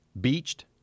beached